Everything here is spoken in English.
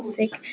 sick